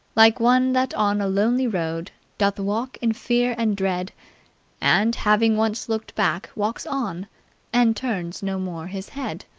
like one that on a lonely road doth walk in fear and dread and, having once looked back, walks on and turns no more his head!